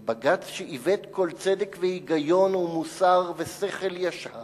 אל בג"ץ, שעיוות כל צדק והיגיון ומוסר ושכל ישר